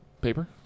paper